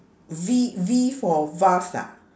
V V for vase ah